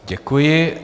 Děkuji.